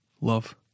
love